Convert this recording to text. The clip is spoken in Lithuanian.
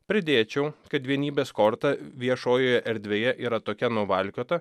pridėčiau kad vienybės korta viešojoje erdvėje yra tokia nuvalkiota